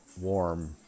warm